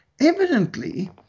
evidently